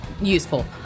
Useful